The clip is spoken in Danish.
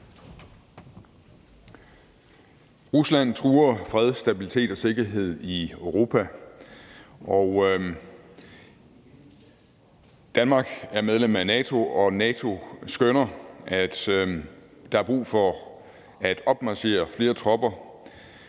Rusland truer fred, stabilitet og sikkerhed i Europa. Danmark er medlem af NATO, og NATO skønner, at der er brug for at opmarchere flere tropper,